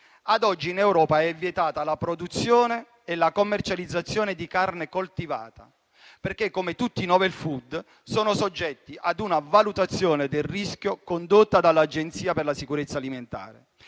Ad oggi in Europa sono vietate la produzione e la commercializzazione di carne coltivata, perché - come tutti i *novel food* - sono soggetti ad una valutazione del rischio condotta dall'Agenzia per la sicurezza alimentare,